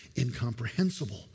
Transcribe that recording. incomprehensible